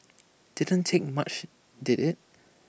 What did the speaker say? didn't take much did IT